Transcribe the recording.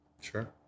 Sure